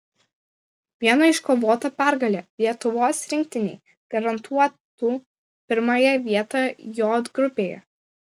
viena iškovota pergalė lietuvos rinktinei garantuotų pirmąją vietą j grupėje